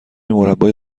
مربای